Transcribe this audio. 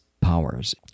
powers